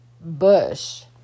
bush